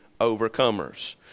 overcomers